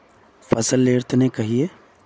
फसल लेर तने कहिए?